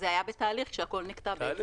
זה היה בתהליך כשהכול נקטע בעצם.